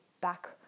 back